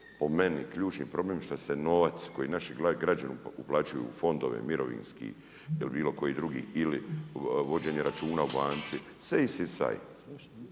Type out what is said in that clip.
po meni, ključni problem, što se novac koji naši građani uplaćuju u fondove mirovinski ili bilo koji drugi, ili vođenje računa u banci se isisaju.